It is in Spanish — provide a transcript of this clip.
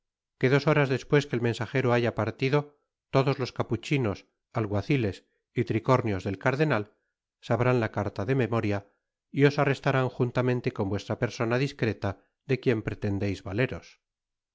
que dos horas despues que el mensajero haya partido todos los capuchinos alguaciles y tricornios del cardenal sabrán la carta de memoria y os arrestarán juntamente con vuestra persona discreta de quien pretendeis valeros